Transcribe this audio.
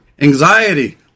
anxiety